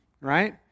right